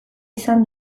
izan